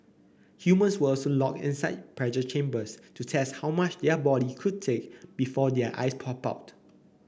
humans were also locked inside pressure chambers to test how much the body could take before their eyes popped out